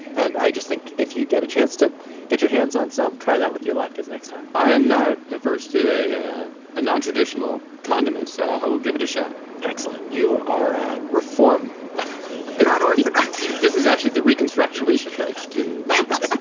and i just think if you get a chance to get your hands on some try that with your latkes next time i am not averse to a yeah a nontraditional condiment, so i will give it a shot excellent. you are a reformed not orthodox this is actually the reconstructionist approach to latkes oh my gosh